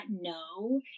no